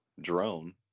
drone